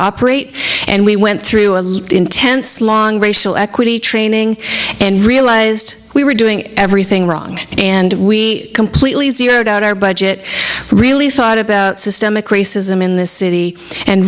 operate and we went through a intense long racial equity training and realized we were doing everything wrong and we completely zeroed out our budget really thought about systemic racism in this city and